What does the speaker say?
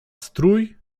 strój